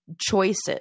choices